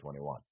2021